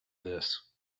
this